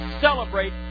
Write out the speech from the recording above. celebrate